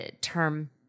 term